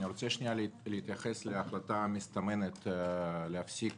אני רוצה להתייחס להחלטה המסתמנת להפסיק